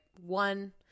One